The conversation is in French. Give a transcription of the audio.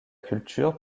culture